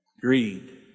greed